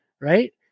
right